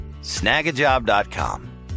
snagajob.com